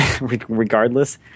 regardless